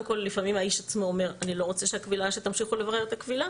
האיש עצמו אומר שהוא לא רוצה שנמשיך לברר את הקבילה,